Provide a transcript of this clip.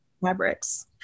fabrics